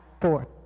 four